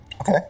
Okay